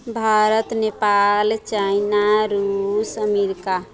Bharat Nepal China रूस America